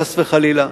חס וחלילה,